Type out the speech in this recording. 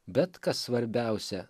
bet kas svarbiausia